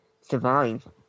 survive